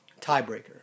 tiebreaker